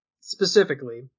specifically